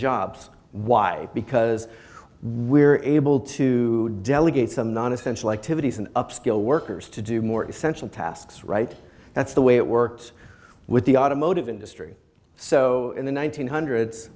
jobs why because we're able to delegate some non essential activities and upscale workers to do more essential tasks right that's the way it works with the automotive industry so in the one thousand hundreds